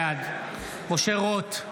בעד משה רוט,